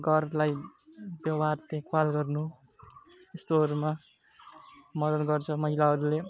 घरलाई व्यवहार देखभाल गर्नु यस्तोहरूमा मदद गर्छ महिलाहरूले